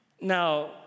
Now